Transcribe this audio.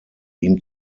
ihm